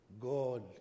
God